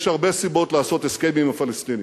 יש הרבה סיבות לעשות הסכם עם הפלסטינים,